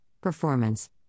performance